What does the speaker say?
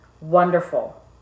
wonderful